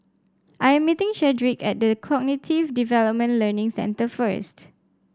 I am meeting Chadrick at The Cognitive Development Learning Centre first